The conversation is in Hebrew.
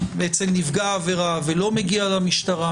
אצל נפגע העבירה ולא מגיע למשטרה.